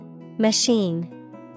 Machine